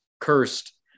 cursed